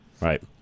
Right